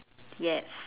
yes